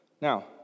Now